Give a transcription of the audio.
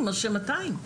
מהמספר 200.